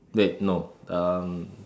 wait no um